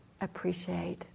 appreciate